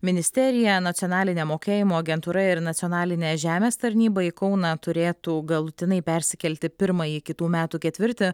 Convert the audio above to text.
ministerija nacionalinė mokėjimo agentūra ir nacionalinė žemės tarnyba į kauną turėtų galutinai persikelti pirmąjį kitų metų ketvirtį